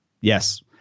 Yes